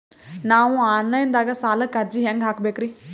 ನಾವು online ದಾಗ ಸಾಲಕ್ಕ ಅರ್ಜಿ ಹೆಂಗ ಹಾಕಬೇಕ್ರಿ?